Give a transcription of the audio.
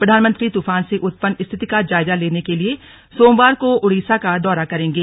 प्रधानमंत्री तूफान से उत्पन्न स्थिति का जायजा लेने के लिए सोमवार को ओड़िसा का दौरा करेंगे